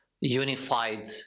unified